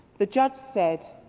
the judge said,